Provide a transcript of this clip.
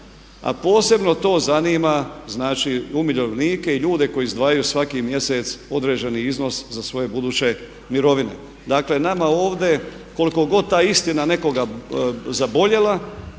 a posebno to zanima znači umirovljenike i ljude koji izdvajaju svaki mjeseci određeni iznos za svoje buduće mirovine. Dakle nama ovdje koliko ta istina nekoga zaboljela